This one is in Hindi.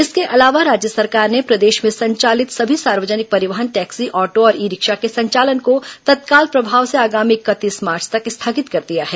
इसके अलावा राज्य सरकार ने प्रदेश में संचालित सभी सार्वजनिक परिवहन टैक्सी आटो और ई रिक्शा के संचालन को तत्काल प्रभाव से आगामी इकतीस मार्च तक स्थगित कर दिया है